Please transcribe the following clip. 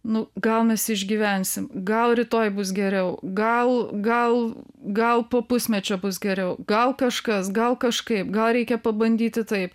nu gal mes išgyvensim gal rytoj bus geriau gal gal gal po pusmečio bus geriau gal kažkas gal kažkaip gal reikia pabandyti taip